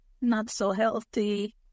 not-so-healthy